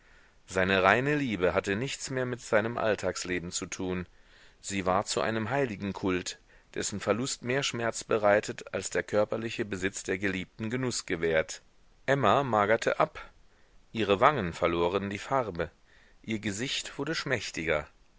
seine reine liebe hatte nichts mehr mit seinem alltagsleben zu tun sie ward zu einem heiligenkult dessen verlust mehr schmerz bereitet als der körperliche besitz der geliebten genuß gewährt emma magerte ab ihre wangen verloren die farbe ihr gesicht wurde schmächtiger